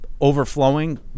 overflowing